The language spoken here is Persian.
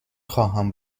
خواهم